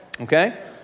Okay